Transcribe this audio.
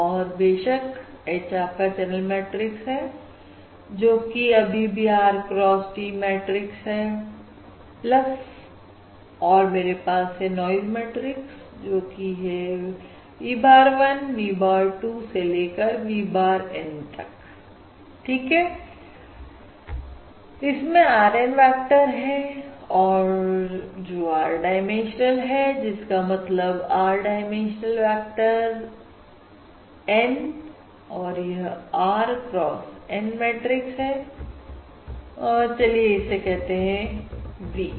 और बेशक H आपका चैनल मैट्रिक्स है जो कि अभी भीR cross T मैट्रिक्स है और मेरे पास है नॉइज मैट्रिक्स जो v bar 1 v bar 2 v bar N है इसमें R N वेक्टर है और जो R डाइमेंशनल है जिसका मतलब R डाइमेंशनल वेक्टर N और यह R cross N मैट्रिक्स है और चलिए इसे कहते हैं V